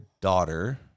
daughter